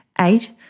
eight